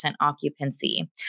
occupancy